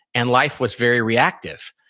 and life was very reactive.